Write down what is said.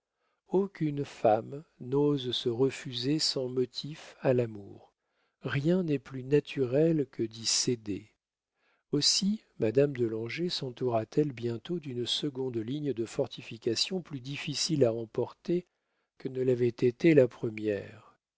aucune femme n'ose se refuser sans motif à l'amour rien n'est plus naturel que d'y céder aussi madame de langeais sentoura t elle bientôt d'une seconde ligne de fortifications plus difficile à emporter que ne l'avait été la première